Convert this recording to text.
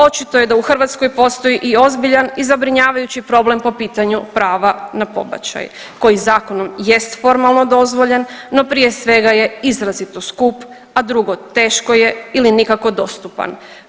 Očito je da u Hrvatskoj postoji i ozbiljan i zabrinjavajući problem po pitanju prava na pobačaj koji zakonom jest formalno dozvoljen no prije svega je izrazito skup, a drugo teško je ili nikako dostupan.